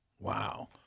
Wow